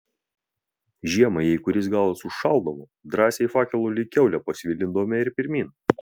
žiemą jei kuris galas užšaldavo drąsiai fakelu lyg kiaulę pasvilindavome ir pirmyn